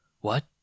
What